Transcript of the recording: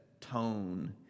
tone